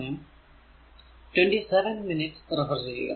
ഇതിൽ G 0